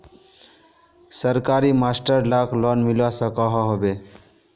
सरकारी मास्टर लाक लोन मिलवा सकोहो होबे?